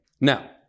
Now